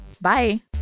Bye